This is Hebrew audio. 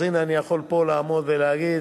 אז הנה אני יכול פה לעמוד ולהגיד